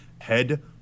head